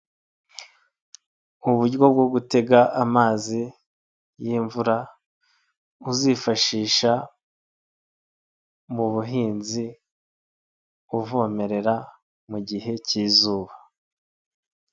Uburyo bwo gutega amazi y'imvura uzifashisha mu buhinzi uvomerera mu gihe cy'izuba.